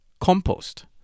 compost